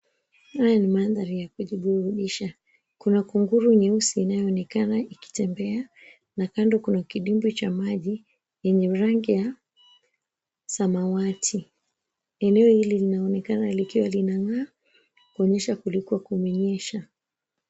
Haya ni mandhari ya kujiburudisha. Kuna kunguru nyeusi inayoonekana ikitembea na kando kuna kidimbwi cha maji yenye rangi ya samawati. Eneo hili linaonekana likiwa linang'aa, kuonyesha kulikuwa kumenyesha.